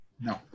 No